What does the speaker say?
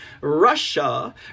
Russia